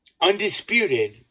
Undisputed